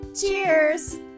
cheers